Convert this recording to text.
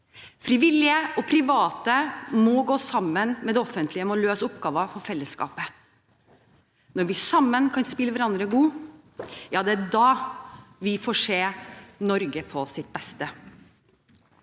Frivillige og private må gå sammen med det offentlige om å løse oppgaver for fellesskapet. Når vi sammen kan spille hverandre gode, da får vi se Norge på sitt beste.